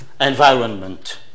environment